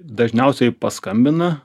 dažniausiai paskambina